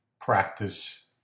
practice